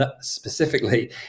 specifically